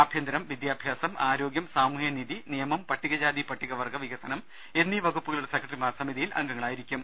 ആഭ്യന്തരം വിദ്യാഭ്യാസം ആരോഗ്യം സാമൂഹ്യനീതി നിയമം പട്ടികജാതി പട്ടിക വർഗ്ഗ വികസനം എന്നീ വകുപ്പുക ളുടെ സെക്രട്ടറിമാർ സമിതിയിൽ അംഗങ്ങളായിരിക്കും